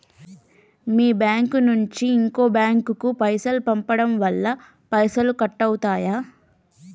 మీ bank నుంచి ఇంకో bank కు పైసలు పంపడం వల్ల పైసలు కట్ అవుతయా?